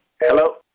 Hello